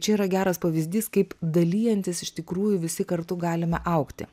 čia yra geras pavyzdys kaip dalijantis iš tikrųjų visi kartu galime augti